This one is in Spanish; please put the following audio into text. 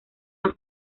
más